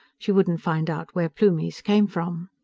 she wouldn't find out where plumies came from.